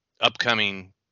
upcoming